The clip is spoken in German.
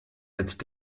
mit